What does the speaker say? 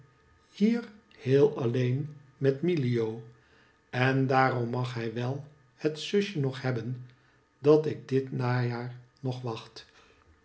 hier heel alleen met milio en daarom mag hij wel het zusje nog hebben dat ik dit najaar nog wacht